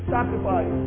Sacrifice